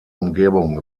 umgebung